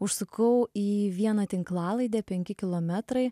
užsukau į vieną tinklalaidę penki kilometrai